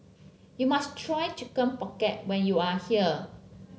you must try Chicken Pocket when you are here